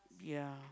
yeah